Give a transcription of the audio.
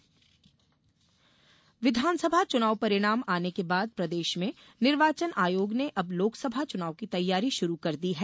निर्वाचन नामावली विधानसभा चुनाव परिणाम आने के बाद प्रदेश में निर्वाचन आयोग ने अब लोकसभा चुनाव की तैयारी शुरू कर दी है